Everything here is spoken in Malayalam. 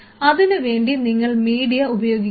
അതിനുവേണ്ടി നിങ്ങൾ മീഡിയ ഉപയോഗിക്കുന്നു